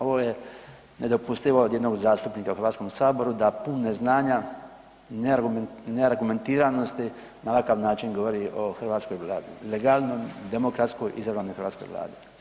Ovo je nedopustivo od jednog zastupnika u Hrvatskom saboru da pun neznanja, neargumentiranosti na ovakav način govori o hrvatskoj Vladi, legalnoj, demokratsko izabranoj hrvatskoj Vladi.